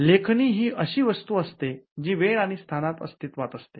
लेखणी ही अशी वस्तू असते जी वेळ आणि स्थानात अस्तित्वात असते